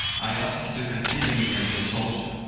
i ask you to consider me as your soldier,